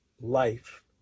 life